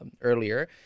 earlier